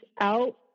out